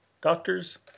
Doctors